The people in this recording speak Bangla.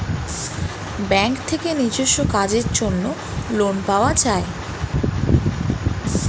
ব্যাঙ্ক থেকে নিজস্ব কাজের জন্য লোন পাওয়া যায়